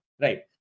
right